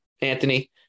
Anthony